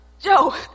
Joe